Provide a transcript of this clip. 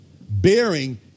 bearing